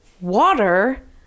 water